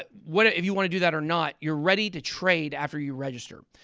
but whether if you want to do that or not, you're ready to trade after you register.